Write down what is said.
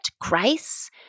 grace